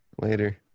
Later